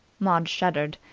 maud shuddered.